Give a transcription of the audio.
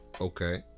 Okay